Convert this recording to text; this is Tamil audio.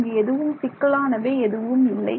இங்கு எதுவும் சிக்கலானவை எதுவுமில்லை